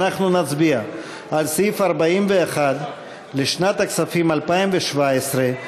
אנחנו נצביע על סעיף 41 לשנת הכספים 2017,